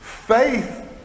faith